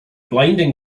blinding